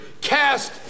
cast